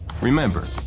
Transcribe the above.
Remember